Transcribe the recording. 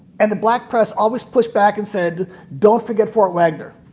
and the black press always pushed back and said don't forget fort wagner,